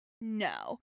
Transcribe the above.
No